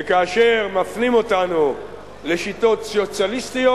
וכאשר מפנים אותנו לשיטות סוציאליסטיות,